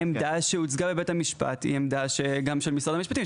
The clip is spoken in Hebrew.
העמדה שהוצגה בבית המשפט היא עמדה גם של משרד המשפטים,